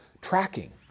tracking